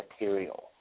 material